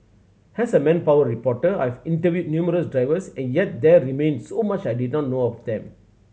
as a manpower reporter I've interviewed numerous drivers a yet there remained so much I did not know of them